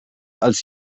als